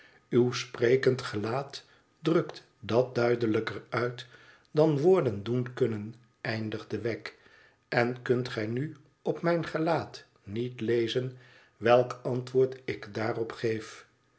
uw sprekend getaat drukt dat duidelijker uit dan woorden doen kunnen emdigde wegg ten kunt gij nu op mijn gelaat niet lezen welk antwoord ik daarop geef